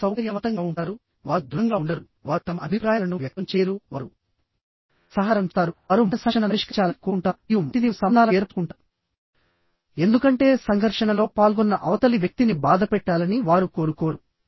వారు సౌకర్యవంతంగా ఉంటారు వారు దృఢంగా ఉండరు వారు తమ అభిప్రాయాలను వ్యక్తం చేయరు వారు సహకారం చేస్తారువారు మొదట సంఘర్షణను పరిష్కరించాలని కోరుకుంటారు మరియు మొదటిది వారు సంబంధాలను ఏర్పరచుకుంటారు ఎందుకంటే సంఘర్షణలో పాల్గొన్న అవతలి వ్యక్తిని బాధపెట్టాలని వారు కోరుకోరు